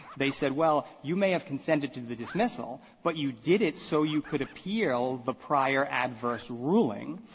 they said well, you may have consented to the dismissal, but you did it so you could appeal the prior adverse ruling.